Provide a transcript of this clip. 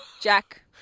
Jack